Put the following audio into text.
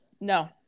no